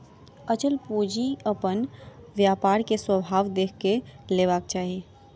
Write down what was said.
अचल पूंजी अपन व्यापार के स्वभाव देख के लेबाक चाही